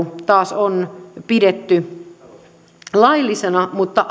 taas on pidetty laillisena mutta